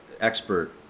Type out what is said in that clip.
expert